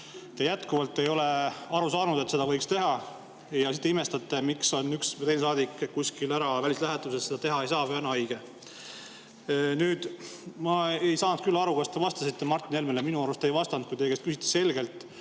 Te jätkuvalt ei ole aru saanud, et seda võiks teha, ja siis imestate, kui üks või teine saadik on kuskil ära välislähetuses ja ei saa seda teha, või on haige. Ma ei saanud küll aru, kas te vastasite Martin Helmele. Minu arust te ei vastanud, kui teie käest küsiti selgelt,